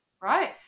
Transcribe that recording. right